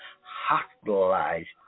hospitalized